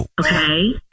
Okay